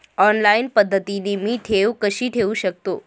Online पद्धतीने मी ठेव कशी ठेवू शकतो?